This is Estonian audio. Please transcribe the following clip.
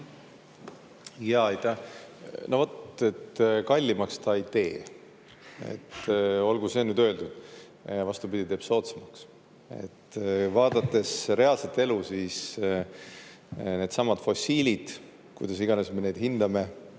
Jaa, aitäh! No vot, kallimaks ta ei tee. Olgu see nüüd öeldud. Vastupidi, teeb soodsamaks. Vaadates reaalset elu, siis needsamad fossiilid, kuidas iganes me neid hindame,